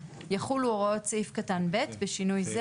יחולו הוראות סעיף קטן (ב) בשינוי זה.